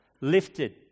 lifted